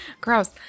Gross